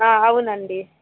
అవునండి